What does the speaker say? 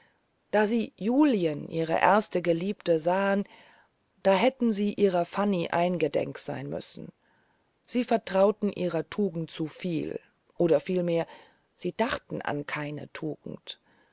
da sie julien ihre erste geliebte sahen da hätten sie ihrer fanny eingedenk sein müssen sie vertrauten ihrer tugend zu viel oder vielmehr sie dachten an keine tugend